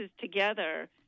together